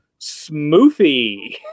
smoothie